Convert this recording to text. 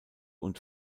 und